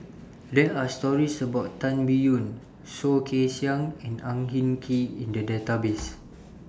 There Are stories about Tan Biyun Soh Kay Siang and Ang Hin Kee in The Database